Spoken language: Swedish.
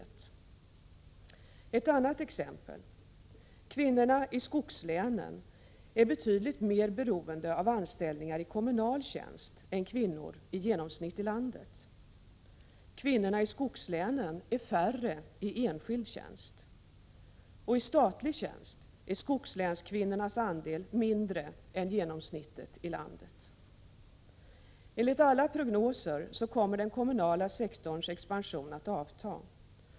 3 Jag vill ge ett annat exempel. Kvinnorna i skogslänen är betydligt mer beroende av anställningar i kommunal tjänst än kvinnor i genomsnitt i landet. I skogslänen är färre kvinaor i enskild tjänst. Och i statlig tjänst är skogslänskvinnornas andel ÄN än genomsnittet i landet. Enligt alla prognoser kommer den kommunala sektorns expansion att avta.